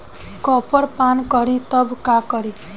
Copper पान करी तब का करी?